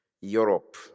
Europe